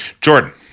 Jordan